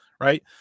right